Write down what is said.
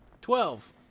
Twelve